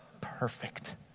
perfect